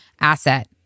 asset